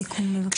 סיכום, בבקשה.